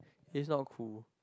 it's not cool